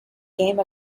game